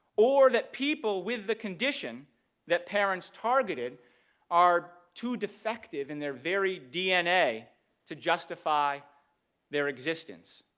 or that people with the condition that parents targeted are too defective in their very dna to justify their existence.